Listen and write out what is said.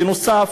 בנוסף,